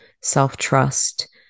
self-trust